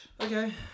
Okay